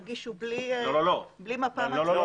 יגישו בלי מפה מצבית?